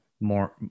more